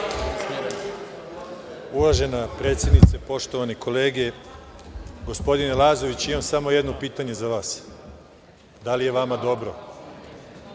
Uvažena predsednice, poštovane kolege, gospodine Lazović, imam samo jedno pitanje za vas. Da li je vama dobro? Za